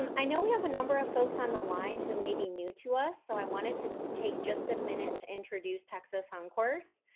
um i know we have a number of folks on the line who may be new to us, so i wanted to take just a minute to introduce texas oncourse.